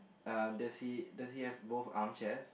uh does he does he have both arm shelves